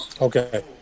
Okay